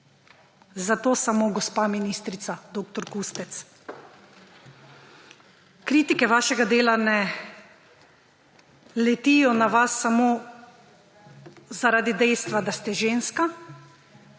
Zato samo gospa ministrica dr. Kustec. Kritike vašega dela ne letijo samo na vas samo zaradi dejstva, da ste ženska,